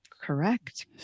Correct